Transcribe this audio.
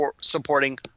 supporting